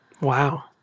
Wow